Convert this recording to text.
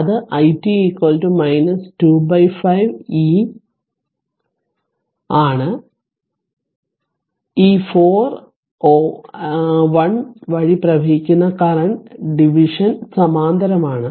അതിനാൽ അത് i t 25 e ആണ് ഈ 4 1 വഴി പ്രവഹിക്കുന്ന കറന്റ് ഡിവിഷൻ സമാന്തരമാണ്